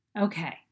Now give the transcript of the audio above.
Okay